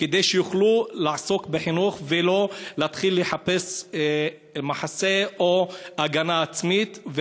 כדי שיוכלו לעסוק בחינוך ולא להתחיל לחפש מחסה או הגנה עצמית.